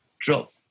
drop